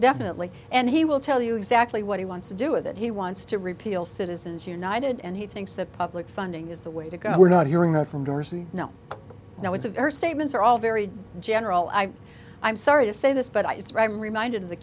definitely and he will tell you exactly what he wants to do with it he wants to repeal citizens united and he thinks that public funding is the way to go we're not hearing that from dorsey no no it's a very statements are all very general i'm i'm sorry to say this but i it's ram reminded of the